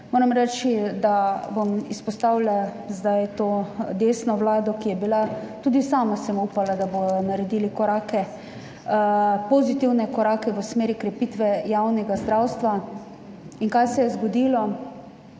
Moram reči, da bom izpostavila zdaj to desno vlado, ki je bila, tudi sama sem upala, da bodo naredili pozitivne korake v smeri krepitve javnega zdravstva. In kaj se je zgodilo?